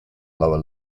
lower